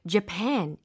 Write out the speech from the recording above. Japan